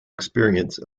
experience